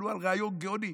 עלו על רעיון גאוני: